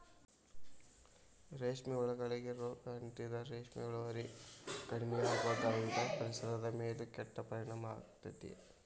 ರೇಷ್ಮೆ ಹುಳಗಳಿಗೆ ರೋಗ ಅಂಟಿದ್ರ ರೇಷ್ಮೆ ಇಳುವರಿ ಕಡಿಮಿಯಾಗೋದಲ್ದ ಪರಿಸರದ ಮೇಲೂ ಕೆಟ್ಟ ಪರಿಣಾಮ ಆಗ್ತೇತಿ